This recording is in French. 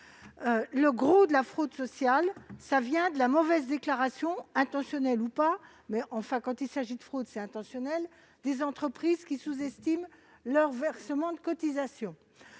de la fraude sociale provient des mauvaises déclarations, intentionnelles ou non- quand il s'agit de fraude, c'est intentionnel -des entreprises qui sous-estiment leurs versements de cotisations.